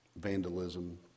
Vandalism